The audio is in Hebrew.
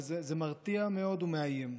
זה מרתיע מאוד ומאיים,